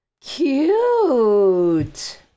Cute